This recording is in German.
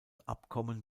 abkommen